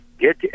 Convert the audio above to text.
get